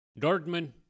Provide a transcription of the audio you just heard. Dortmund